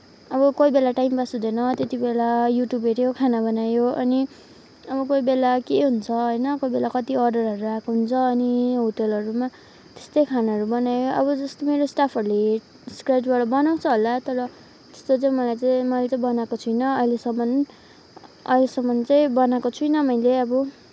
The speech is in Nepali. अब कोही बेला टाइम पास हुँदैन त्यति बेला युट्युब हेर्यो खाना बनायो अनि अब कोही बेला के हुन्छ होइन कोही बेला कति अर्डरहरू आएको हुन्छ अनि होटेलहरूमा त्यस्तै खानाहरू बनायो अब जस्तो मेरो स्टाफहरूले स्क्र्याचबाट बनाउँछ होला तर त्यस्तो चाहिँ मैले चाहिँ मैले चाहिँ बनाएको छुइनँ अहिलेसम्म अहिलेसम्म चाहिँ बनाएको छुइनँ मैले अब